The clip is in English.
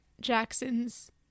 Jackson's